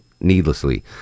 needlessly